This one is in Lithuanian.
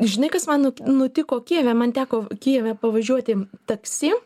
žinai kas man nutiko kijeve man teko kijeve pavažiuoti taksi